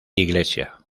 iglesia